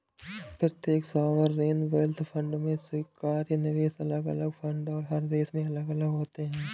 प्रत्येक sovereign wealth fund में स्वीकार्य निवेश अलग अलग फंड और हर देश में अलग अलग होते हैं